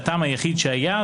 שהטעם היחיד שהיה,